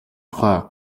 тухай